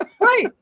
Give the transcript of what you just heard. Right